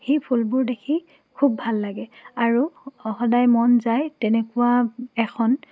সেই ফুলবোৰ দেখি খুব ভাল লাগে আৰু সদায় মন যায় তেনেকুৱা এখন